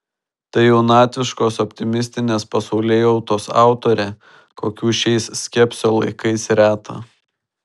tai jaunatviškos optimistinės pasaulėjautos autorė kokių šiais skepsio laikais reta